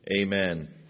Amen